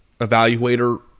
evaluator